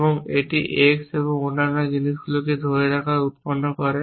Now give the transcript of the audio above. এবং এটি x এবং অন্য জিনিসগুলিকে ধরে রাখা উত্পন্ন করে